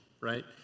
right